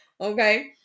Okay